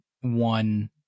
one